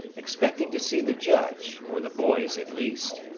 expecting to see the judge, or the boys at least.